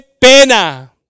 pena